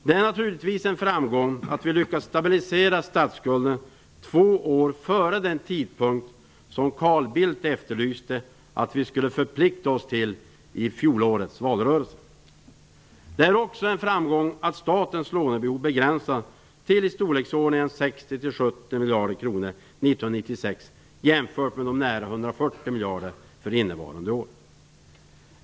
Det är naturligtvis en framgång att vi lyckades stabilisera statsskulden två år före den tidpunkt som Carl Bildt efterlyste att vi skulle förplikta oss till i fjolårets valrörelse. Det är också en framgång att statens lånebehov begränsas till i storleksordningen 60-70 miljarder kronor 1996 jämfört med nära 140 miljarder kronor för innevarande år.